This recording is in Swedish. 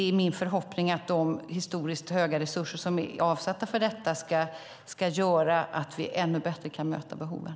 Det är min förhoppning att de historiskt stora resurser som är avsatta för detta ska göra att vi ännu bättre kan möta behoven.